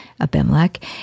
Abimelech